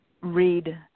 read